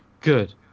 good